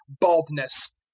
baldness